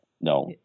no